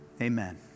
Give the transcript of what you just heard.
Amen